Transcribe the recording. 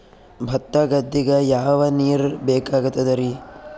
ಭತ್ತ ಗದ್ದಿಗ ಯಾವ ನೀರ್ ಬೇಕಾಗತದರೀ?